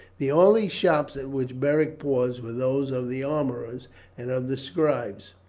the only shops at which beric paused were those of the armourers and of the scribes,